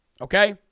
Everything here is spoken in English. okay